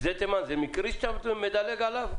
זה מקרי שאתה מדלג עליו?